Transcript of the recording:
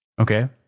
Okay